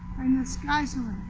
and the sky so